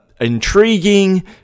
intriguing